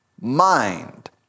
mind